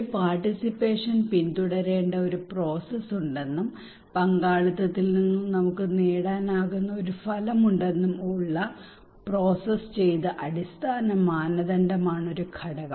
ഒരു പാർട്ടിസിപ്പേഷൻ പിന്തുടരേണ്ട ഒരു പ്രോസസ്സ് ഉണ്ടെന്നും പങ്കാളിത്തത്തിൽ നിന്ന് നമുക്ക് നേടാനാകുന്ന ഒരു ഫലമുണ്ടെന്നും ഉള്ള പ്രോസസ് ചെയ്ത അടിസ്ഥാന മാനദണ്ഡമാണ് ഒരു ഘടകം